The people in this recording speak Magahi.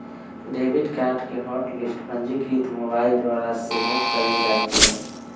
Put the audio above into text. डेबिट कार्ड के हॉट लिस्ट पंजीकृत मोबाइल द्वारा सेहो कएल जाइ छै